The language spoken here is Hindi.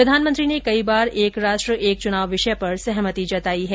प्रधानमंत्री ने कई बार एक राष्ट्र एक चुनाव विषय पर सहमति जताई है